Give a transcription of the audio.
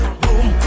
boom